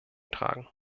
tragen